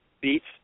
beets